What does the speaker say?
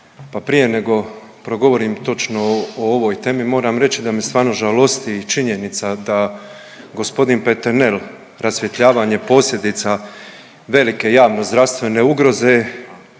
prije nego progovorim točno o ovoj temi, moram reći da me stvarno žalosti i činjenica da g. Peternel rasvjetljavanje posljedica velike javnozdravstvene ugroze